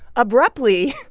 abruptly,